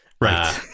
right